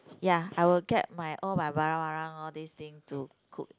ya I will get my all my barang barang all these thing to cook